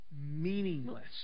meaningless